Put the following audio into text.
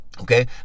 Okay